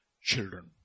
children